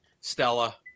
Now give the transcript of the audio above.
Stella